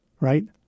right